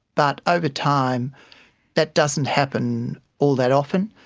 but over time that doesn't happen all that often.